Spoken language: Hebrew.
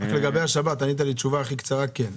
לגבי השבת, ענית לי בקצרה: כן.